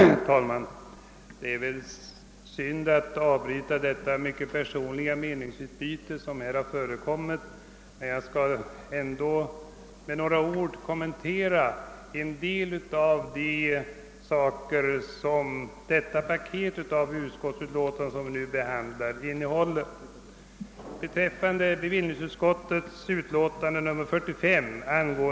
Herr talman! Det är kanske synd att avbryta det mycket personliga meningsutbyte som här försiggått, men jag skall ändå med några ord kommentera en del av innehållet i det paket av utlåtanden som vi nu behandlar.